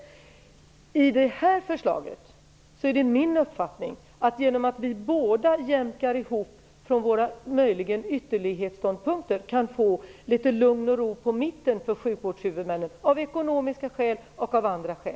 När det gäller det här förslaget är det min uppfattning, att genom vi båda jämkar ihop från våra, möjligen, ytterlighetsståndpunkter, kan få litet lugn och ro på mitten för sjukvårdshuvudmännen av ekonomiska skäl och av andra skäl.